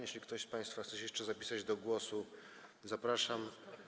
Jeśli ktoś z państwa chce się jeszcze zapisać do głosu, to zapraszam.